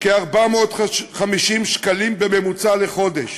כ-450 שקלים בממוצע לחודש,